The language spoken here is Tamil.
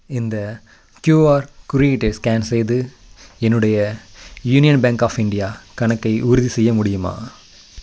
இந்த க்யூஆர் குறியீட்டை ஸ்கேன் செய்து என்னுடைய யூனியன் பேங்க் ஆஃப் இண்டியா கணக்கை உறுதிசெய்ய முடியுமா